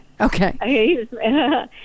Okay